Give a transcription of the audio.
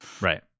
Right